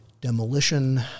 demolition